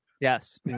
yes